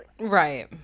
Right